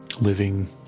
living